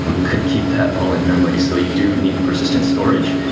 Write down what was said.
um you couldn't keep that all in-memory, so you do need persistent storage.